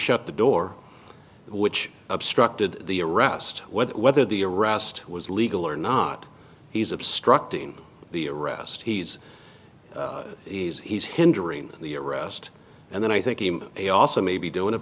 shut the door which obstructed the arrest whether the arrest was legal or not he's obstructing the arrest he's he's he's hindering the arrest and then i think him he also may be doing it